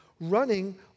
running